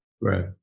Right